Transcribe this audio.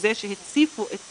בזה שהם הציפו את